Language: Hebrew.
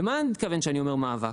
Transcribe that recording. למה אני מתכוון כשאני אומר מאבק?